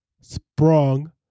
Sprung